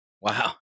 Wow